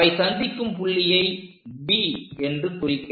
அவை சந்திக்கும் புள்ளியை D என்று குறிக்க